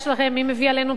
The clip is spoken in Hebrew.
מי מביא עלינו בחירות?